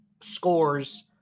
scores